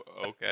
okay